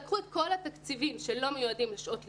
לקחו את כל התקציבים שלא מיועדים לשעות לימוד,